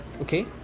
Okay